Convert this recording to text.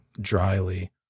dryly